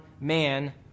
man